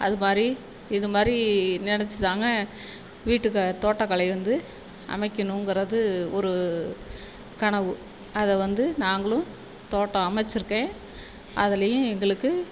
அது மாதிரி இது மாதிரி நினச்சி தாங்க வீட்டுக்கார் தோட்டக்கலை வந்து அமைக்கணுங்கிறது ஒரு கனவு அதை வந்து நாங்களும் தோட்டம் அமைச்சிருக்கேன் அதுலையும் எங்களுக்கு